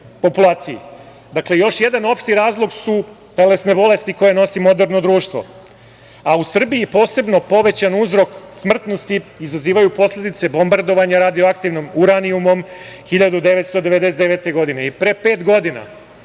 populaciji. Dakle, još jedan opšti razlog su bolesti koje nosi modreno društvo, a u Srbiji posebno povećan uzrok smrtnosti izazivaju posledice bombardovanja radio-aktivnim uranijumom 1999. godine. Pre pet godina